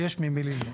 ויש ממי ללמוד.